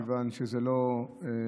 מכיוון שזה לא,